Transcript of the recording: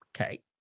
okay